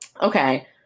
Okay